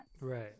Right